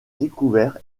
découvert